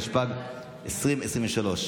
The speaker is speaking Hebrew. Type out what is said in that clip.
התשפ"ג 2023,